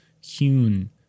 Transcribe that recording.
hewn